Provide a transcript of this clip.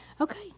okay